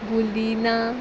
बुलीना